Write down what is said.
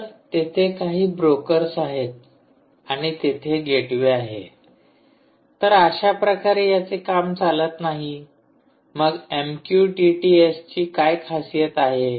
तर तेथे काही बोकर्स आहेत आणि तेथे गेटवे आहे तर अशाप्रकारे याचे काम चालत नाही मग एमक्यूटीटी एसची काय खासियत आहे